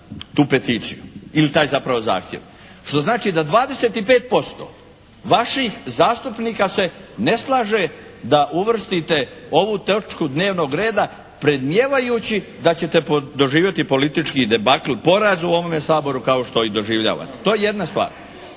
tu peticiju ili taj zapravo zahtjev, što znači da 25% vaših zastupnika se ne slaže da uvrstite ovu točku dnevnog reda predmijevajući da ćete doživjeti politički debakl, poraz u ovome Saboru kao što i doživljavate. To je jedna stvar.